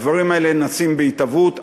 הדברים האלה נעשים, הם בהתהוות.